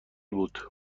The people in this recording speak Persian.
بود